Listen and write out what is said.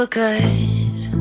good